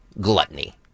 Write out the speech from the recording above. gluttony